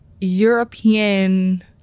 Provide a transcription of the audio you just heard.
European